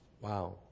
Wow